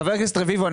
חבר הכנסת רביבו,